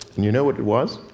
and you know what it was?